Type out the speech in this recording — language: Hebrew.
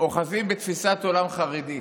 שאוחזים בתפיסת עולם חרדית,